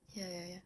ya ya ya